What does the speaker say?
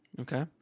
Okay